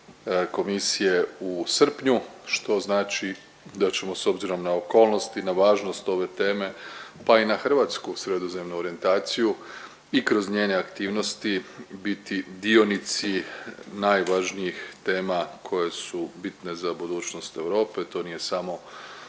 komisije u srpnju što znači da ćemo s obzirom na okolnosti i na važnost ove teme pa i na hrvatsku sredozemnu orijentaciju i kroz njene aktivnosti biti dionici najvažnijih tema koje su bitne za budućnost Europe, to nije samo